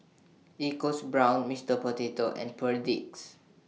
EcoBrown's Mister Potato and Perdix